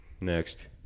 Next